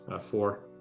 Four